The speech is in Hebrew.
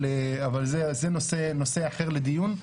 אבל זה נושא אחר לדיון.